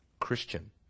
Christian